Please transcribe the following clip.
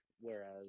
Whereas